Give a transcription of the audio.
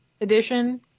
edition